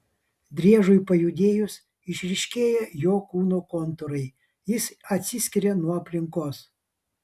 driežui pajudėjus išryškėja jo kūno kontūrai jis atsiskiria nuo aplinkos